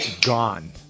gone